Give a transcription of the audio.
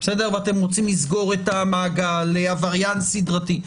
ואתם רוצים לסגור את המעגל, עבריין סדרתי.